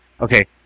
okay